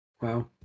Wow